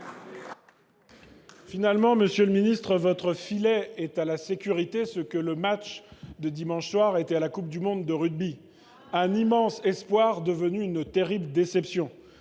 Finalement, monsieur le ministre, votre filet est à la sécurité ce que le match de dimanche fut à la Coupe du monde de rugby : un immense espoir devenu une terrible déception.